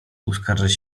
uskarżać